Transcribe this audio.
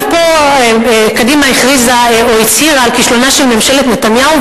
ופה קדימה הכריזה או הצהירה על כישלונה של ממשלת נתניהו,